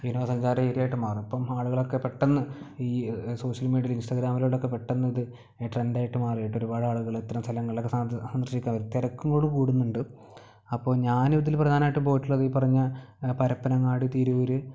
വിനോദസഞ്ചാര ഏരിയായിട്ട് മാറും ഇപ്പം ആളുകളൊക്കെ പെട്ടെന്ന് ഈ സോഷ്യൽ മീഡിയയില് ഇൻസ്റ്റാഗ്രാമിലൂടെയൊക്കെ പെട്ടെന്ന് ഇത് ട്രെൻഡായിട്ട് മാറിയിട്ട് ഒരുപാട് ആളുകള് ഇത്തരം സ്ഥലങ്ങൾള്ളൊക്കെ സന്ദർശിക്കാവരും തിരക്കുകള് കൂടുന്നുണ്ട് അപ്പോൾ ഞാനിതില് പ്രധാനായിട്ടും പറഞ്ഞാൽ പരപ്പനങ്ങാടി തിരൂര്